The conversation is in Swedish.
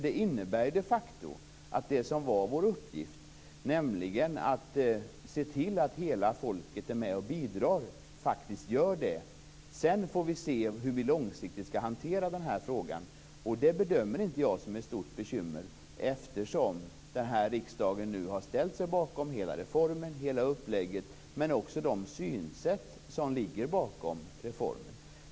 Det innebär de facto att det som var vår uppgift, nämligen att se till att hela folket är med och bidrar, fullgjordes. Sedan får vi se hur vi långsiktigt skall hantera denna fråga, och det bedömer jag inte som något stort bekymmer, eftersom riksdagen nu har ställt sig bakom hela reformen och hela upplägget och också bakom de synsätt som ligger till grund för reformen.